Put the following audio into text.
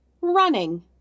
running